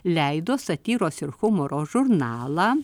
leido satyros ir humoro žurnalą